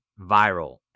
viral